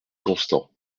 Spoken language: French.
constant